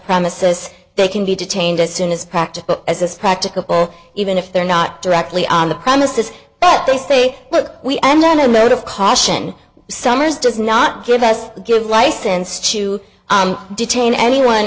premises they can be detained as soon as practical as this practicable even if they're not directly on the premises but they say look we enter into a mode of caution sommer's does not give us give license to detain anyone